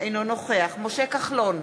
אינו נוכח משה כחלון,